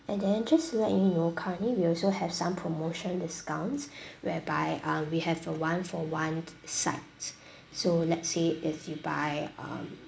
and then just let you know currently we also have some promotion discounts whereby uh we have a one for one sides so let's say if you buy um